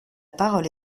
parole